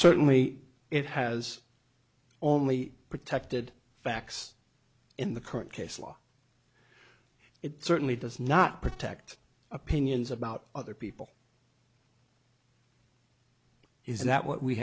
certainly it has only protected facts in the current case law it certainly does not protect opinions about other people is that what we